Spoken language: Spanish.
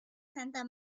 santa